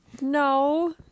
No